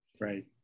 Right